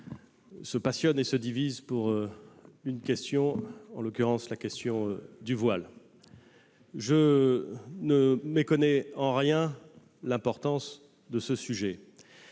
se passionnent et se divisent autour d'une question, en l'occurrence celle du voile. Je ne méconnais en rien l'importance de ce sujet,